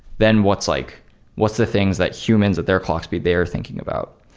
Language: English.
then what's like what's the things that humans, that their clocks be there thinking about.